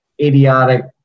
idiotic